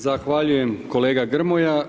Zahvaljujem kolega Grmoja.